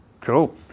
Cool